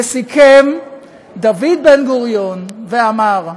וסיכם דוד בן גוריון ואמר: